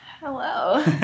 Hello